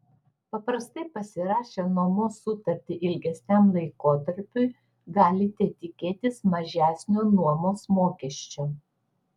paprastai pasirašę nuomos sutartį ilgesniam laikotarpiui galite tikėtis mažesnio nuomos mokesčio